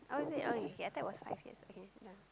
oh is it okay I thought it was five years okay yeah